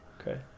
Okay